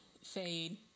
Fade